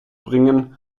bringen